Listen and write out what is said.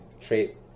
trait